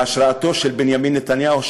בהשראתו של בנימין נתניהו,